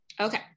okay